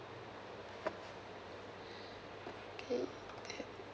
okay